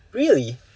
really